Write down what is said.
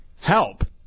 Help